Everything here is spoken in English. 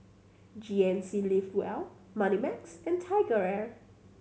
G N C Live well Moneymax and TigerAir